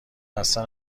خسته